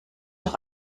doch